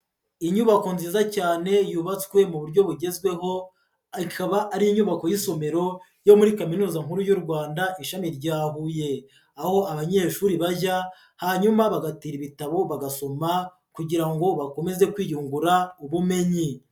Inyubako nziza cyane yubatswe mu buryo bugezweho, ikaba ari inyubako y'isomero ryo muri Kaminuza nkuru y'u Rwanda ishami rya Huye, aho abanyeshuri bajya, hanyuma bagatira ibitabo bagasoma kugira ngo bakomeze kwiyungura ubumenyi.